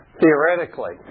theoretically